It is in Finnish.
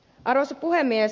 arvoisa puhemies